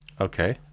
okay